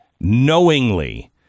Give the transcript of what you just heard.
knowingly